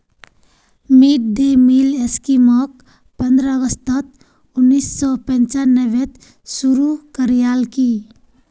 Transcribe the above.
mid day meal स्कीमक पंद्रह अगस्त उन्नीस सौ पंचानबेत शुरू करयाल की